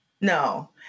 No